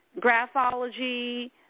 graphology